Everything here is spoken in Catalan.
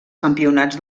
campionats